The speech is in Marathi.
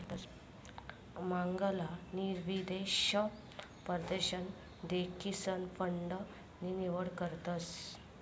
मांगला निवेश परदशन देखीसन फंड नी निवड करतस